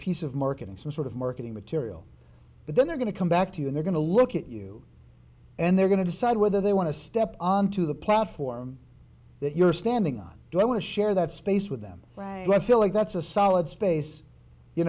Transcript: piece of marketing some sort of marketing material but then they're going to come back to you they're going to look at you and they're going to decide whether they want to step onto the platform that you're standing on do i want to share that space with them feel like that's a solid space you